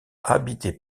habité